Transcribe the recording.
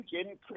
increase